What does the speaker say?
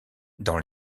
dans